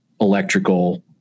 electrical